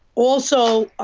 also.